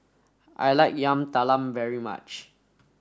I like Yam Talam very much